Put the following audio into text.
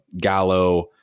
Gallo